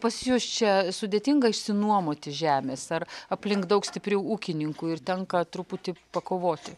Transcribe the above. pas jus čia sudėtinga išsinuomoti žemės ar aplink daug stiprių ūkininkų ir tenka truputį pakovoti